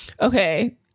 okay